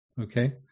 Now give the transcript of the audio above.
okay